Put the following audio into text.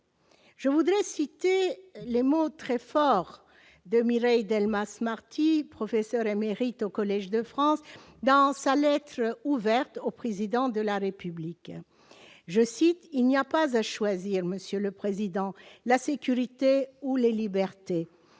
de citer les mots très forts de Mireille Delmas-Marty, professeure émérite au Collège de France, dans sa lettre ouverte au Président de la République :« Il n'y a pas à choisir, monsieur le Président, la sécurité ou les libertés.